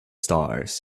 stars